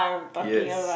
yes